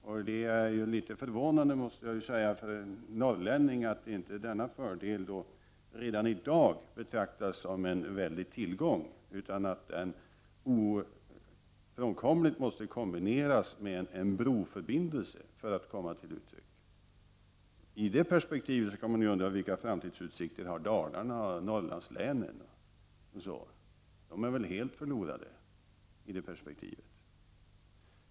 Jag måste säga att det är litet förvånande för mig som norrlänning att denna fördel inte redan i dag betraktas som en väldig tillgång, utan ofrånkomligen måste kombineras med en broförbindelse för att komma till uttryck. I det ljuset kan man undra vilka framtidsutsikter Dalarna och Norrlandslänen har. De är väl helt förlorade?